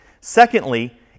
Secondly